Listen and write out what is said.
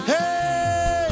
Hey